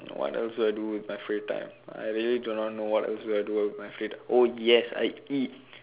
what else do I do with my free time I really do not know what else do I do with my free time oh yes I eat